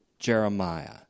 Jeremiah